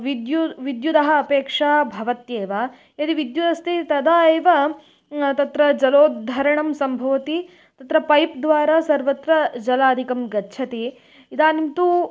विद्यु विद्युदः अपेक्षा भवत्येव यदि विद्युदस्ति तदा एव तत्र जलोद्धरणं सम्भवति तत्र पैप्द्वारा सर्वत्र जलादिकं गच्छति इदानीं तु